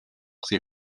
ces